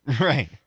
Right